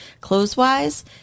clothes-wise